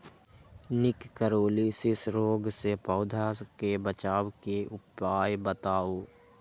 निककरोलीसिस रोग से पौधा के बचाव के उपाय बताऊ?